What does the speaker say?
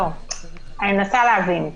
אני מנסה להבין.